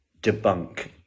debunk